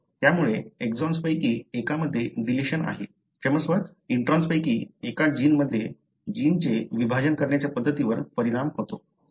तर त्यामुळे एक्सॉन्स पैकी एकामध्ये डिलिशन आहे क्षमस्व इंट्रोन्सपैकी एक जीनचे विभाजन करण्याच्या पद्धतीवर परिणाम होतो